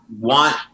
want